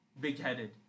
big-headed